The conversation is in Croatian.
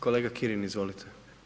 Kolega Kirin, izvolite.